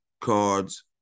cards